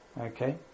okay